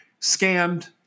Scammed